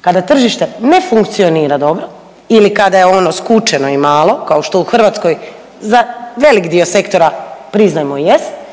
kada tržište ne funkcionira dobro ili kada je ono skučeno i malo kao što u Hrvatskoj za velik dio sektora priznajmo jest,